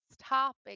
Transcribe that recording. topic